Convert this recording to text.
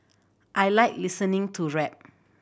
I like listening to rap